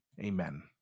Amen